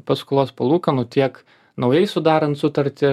paskolos palūkanų tiek naujai sudarant sutartį